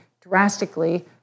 drastically